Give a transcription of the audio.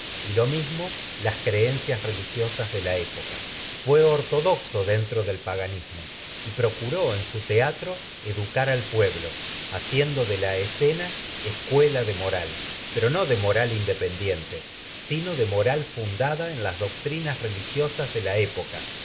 y lo mismo las creencias religiosas de la y época fué en ortodoxo su dentro del paganismo procuró de la teatro educar al pueblo haciendo pero no escena escuela de moral de moral en independiente doctrinas mas sino de moral fundada las religiosas de necesidad la época